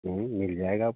यहीं मिल जाएगा आपको